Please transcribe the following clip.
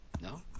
No